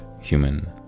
human